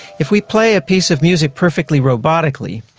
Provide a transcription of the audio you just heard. if we play a piece of music perfectly robotically,